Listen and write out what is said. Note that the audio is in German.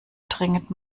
dringend